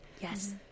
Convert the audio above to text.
Yes